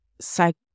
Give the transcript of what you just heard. psych